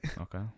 Okay